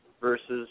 Versus